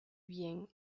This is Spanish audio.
bien